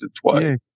twice